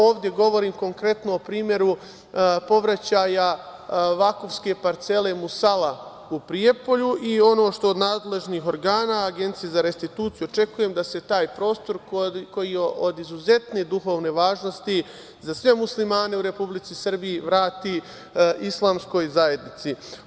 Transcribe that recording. Ovde govorim konkretno o primeru povraćaja Vakufske parcele Musala, u Prijepolju i ono što od nadležnih organa, Agencije za restituciju očekujem da se taj prostor koji je od izuzetne duhovne važnosti za sve muslimane, u Republici Srbiji, vrati islamskoj zajednici.